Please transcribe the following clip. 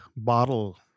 bottle